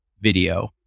video